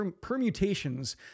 permutations